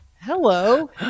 Hello